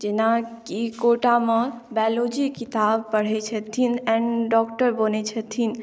जेना कि कोटामे बाइलोजी किताब पढ़ै छथिन एण्ड डॉक्टर बनै छथिन